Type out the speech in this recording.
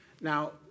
Now